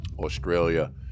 Australia